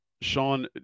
Sean